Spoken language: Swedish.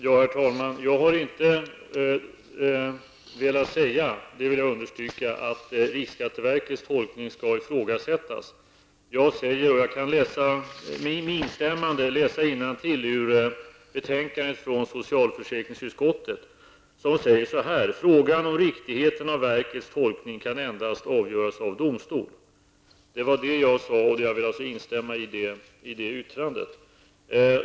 Herr talman! Jag vill understryka att jag inte har velat säga att riksskatteverkets tolkning skall ifrågasättas. Jag kan med instämmande läsa innantill ur betänkandet från socialförsäkringsutskottet där man säger att frågan om riktigheten av verkets tolkning endast kan avgöras av domstol. Det var det jag sade, och jag vill alltså instämma i utskottets yttrande.